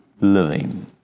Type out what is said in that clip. living